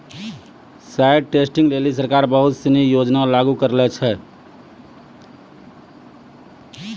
site testing लेलि सरकार बहुत सिनी योजना लागू करलें छै